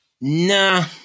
nah